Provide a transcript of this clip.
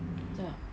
macam